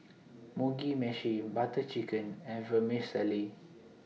Mugi Meshi Butter Chicken and Vermicelli